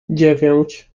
dziewięć